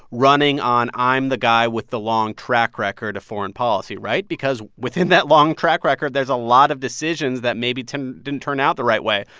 running on, i'm the guy with the long track record of foreign policy right? because within that long track record, there's a lot of decisions that maybe didn't turn out the right way.